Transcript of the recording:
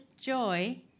joy